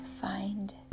find